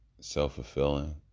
self-fulfilling